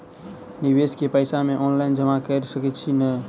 निवेश केँ पैसा मे ऑनलाइन जमा कैर सकै छी नै?